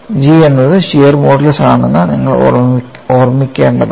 G എന്നത് shear modulus ആണെന്ന് നിങ്ങൾ ഓർമ്മിക്കേണ്ടതാണ്